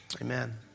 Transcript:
Amen